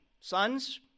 sons